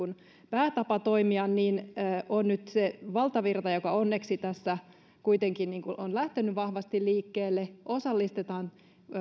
päätapa toimia on nyt se valtavirta joka onneksi tässä kuitenkin on lähtenyt vahvasti liikkeelle osallistetaan